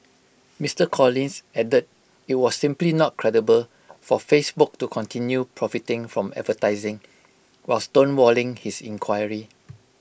Mister Collins added IT was simply not credible for Facebook to continue profiting from advertising while stonewalling his inquiry